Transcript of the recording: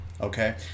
Okay